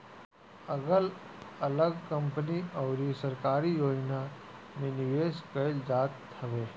अगल अलग कंपनी अउरी सरकारी योजना में निवेश कईल जात हवे